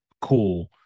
cool